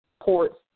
ports